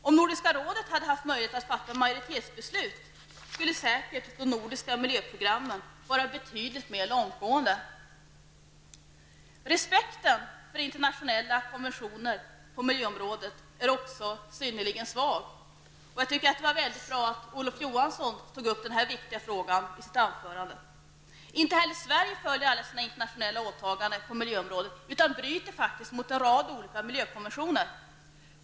Om Nordiska rådet hade haft möjlighet att fatta majoritetsbeslut skulle de nordiska miljöprogrammen säkert vara betydligt mer långtgående. Respekten för internationella konventioner på miljöområdet är också synnerligen svag. Jag tycker att det var mycket bra att Olof Johansson tog upp den här viktiga frågan i sitt anförande. Inte heller Sverige följer alla sina internationella åtaganden på miljöområdet utan bryter mot en rad olika miljökonventioner.